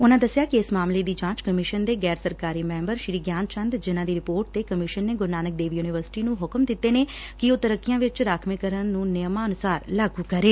ਉਨੂੰ ਦਸਿਆ ਕਿ ਇਸ ਮਾਮਲੇ ਦੀ ਜਾਂਚ ਕੱਮਿਸ਼ਨ ਦੇ ਗੈਰ ਸਰਕਾਰੀ ਮੈਂਬਰ ਸ੍ਰੀ ਗਿਆਨ ਚੰਦ ਜਿਨ੍ਹਾਂ ਦੀ ਰਿਪੱਰਟ ਤੇ ਕਮਿਸ਼ਨ ਨੇ ਗੁਰੂ ਨਾਨਕ ਦੇਵ ਯੂਨੀਵਰਸਿਟੀ ਨੂੰ ਹੁਕਮ ਦਿਂਤੇ ਨੇ ਕਿ ਉਹ ਤਰੱਕੀਆਂ ਵਿਚ ਰਾਖਵੇ ਕਰਨ ਨੂੰ ਨਿਯਮਾਂ ਅਨੁਸਾਰ ਲਾਗੁ ਕਰੇ